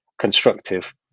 constructive